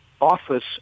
office